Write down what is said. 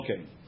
okay